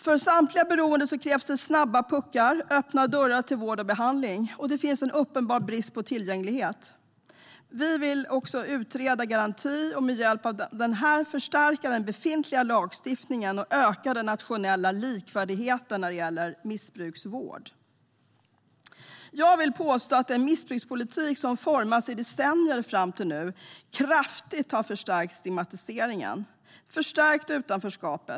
För samtliga beroende krävs det snabba puckar - öppna dörrar till vård och behandling. Det finns en uppenbar brist på tillgänglighet. Vi vill utreda vårdgarantin och med hjälp av den förstärka den befintliga lagstiftningen och öka den nationella likvärdigheten när det gäller missbruksvård. Jag vill påstå att den missbrukspolitik som har formats i decennier fram till nu kraftigt har förstärkt stigmatiseringen och förstärkt utanförskapet.